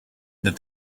that